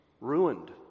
ruined